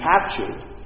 captured